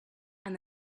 and